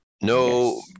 No